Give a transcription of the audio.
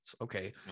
Okay